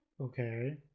Okay